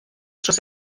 dros